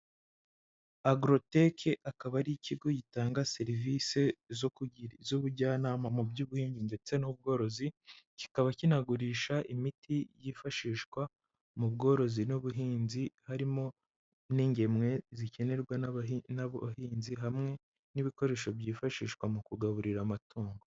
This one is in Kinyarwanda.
Agrotech akaba ari ikigo gitanga serivisi z'ubujyanama mu by'ubuhinzi ndetse n'ubworozi, kikaba kinagurisha imiti yifashishwa mu bworozi n'ubuhinzi, harimo n'ingemwe zikenerwa n'abahinzi hamwe n'ibikoresho byifashishwa mu kugaburira amatungo.